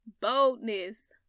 boldness